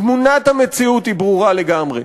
תמונת המציאות היא ברורה לגמרי.